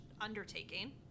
undertaking